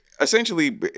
Essentially